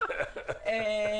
בהתנגדויות ובעתירות של תושבים,